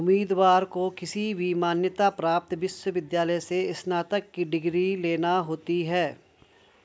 उम्मीदवार को किसी भी मान्यता प्राप्त विश्वविद्यालय से स्नातक की डिग्री लेना होती है